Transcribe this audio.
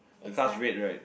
the car is red right